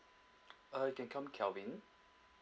uh you can call me kelvin